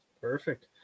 Perfect